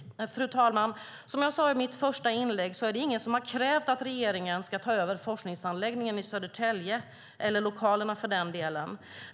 Men, fru talman, som jag sade i mitt första inlägg är det ingen som har krävt att regeringen ska ta över forskningsanläggningen i Södertälje eller lokalerna för den delen.